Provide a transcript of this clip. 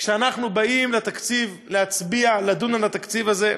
כשאנחנו באים להצביע, לדון על התקציב הזה,